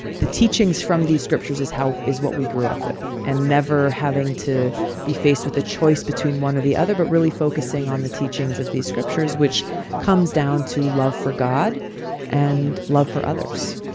the teachings from these scriptures is how is what we grew up with and never having to be faced with a choice between one or the other but really focusing on the teachings of these scriptures, which comes down to love for god and love for others.